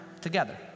together